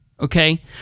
okay